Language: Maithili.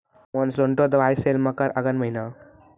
मोनसेंटो दवाई सेल मकर अघन महीना,